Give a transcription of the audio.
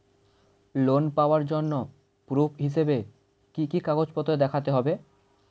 Loan পাওয়ার জন্য proof হিসেবে কি কি কাগজপত্র দেখাতে হবে?